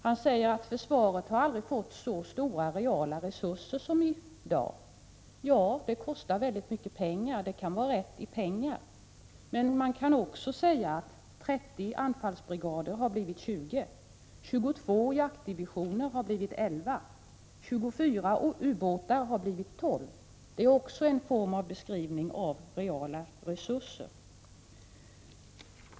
Han säger att försvaret aldrig har fått så stora reala resurser som i dag. Ja, försvaret kostar väldigt mycket pengar, så påståendet kan vara rätt när man ser på pengarna. Men man kan också säga att 30 anfallsbrigader har blivit 20, att 22 jaktdivisioner har blivit 11 och att 24 ubåtar har blivit 12 — det är också en form av beskrivning av reala resurser.